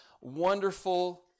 Wonderful